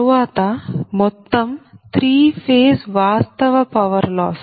తరువాత మొత్తం 3 ఫేజ్ వాస్తవ పవర్ లాస్